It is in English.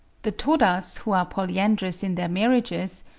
the todas, who are polyandrous in their marriages,